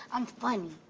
i'm funny.